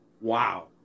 Wow